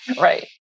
Right